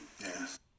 yes